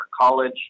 college